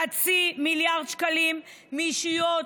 חצי מיליארד שקלים מישויות,